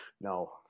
No